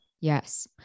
Yes